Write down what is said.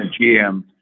GM